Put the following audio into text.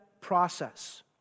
process